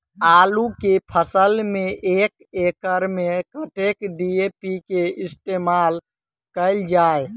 आलु केँ फसल मे एक एकड़ मे कतेक डी.ए.पी केँ इस्तेमाल कैल जाए?